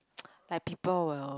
like people will